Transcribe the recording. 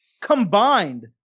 Combined